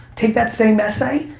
take that same mess, i,